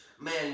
man